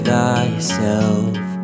Thyself